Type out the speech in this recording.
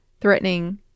threatening